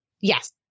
yes